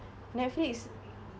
Netflix